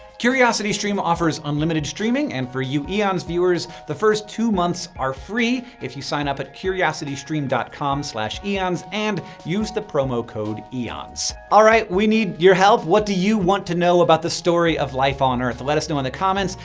curiosity stream offers unlimited streaming, and for you eons viewers, the first two months are free if you sign up at curiositystream dot com slash eons and use the promo code eons. alright, we need your help what do you want to know about the story of life on earth? let us know in the comments.